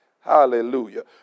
Hallelujah